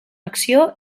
acció